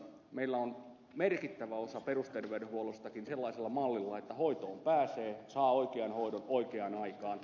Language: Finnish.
meillä on merkittävä osa perusterveydenhuollostakin sellaisellakin mallilla että hoitoon pääsee saa oikean hoidon oikeaan aikaan